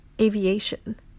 aviation